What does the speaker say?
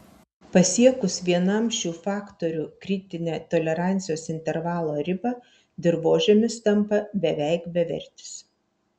pasiekus vienam šių faktorių kritinę tolerancijos intervalo ribą dirvožemis tampa beveik bevertis